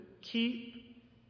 keep